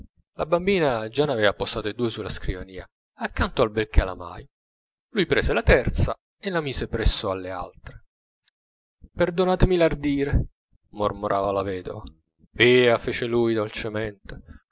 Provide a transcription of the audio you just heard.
la bambina già ne avea posate due sulla scrivania accanto al bel calamaio lui prese la terza e la mise presso alle altre perdonatemi lardire mormorava la vedova via fece lui dolcemente